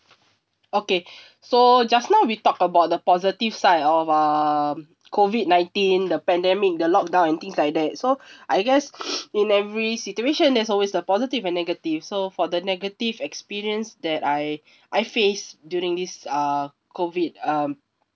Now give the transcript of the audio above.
okay so just now we talk about the positive side of uh COVID-nineteen the pandemic the lockdown and things like that so I guess in every situation there's always the positive and negative so for the negative experience that I I faced during these uh COVID um